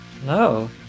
Hello